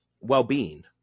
well-being